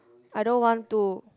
I don't want to